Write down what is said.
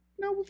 No